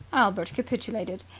albert capitulated.